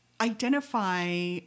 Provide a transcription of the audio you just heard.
identify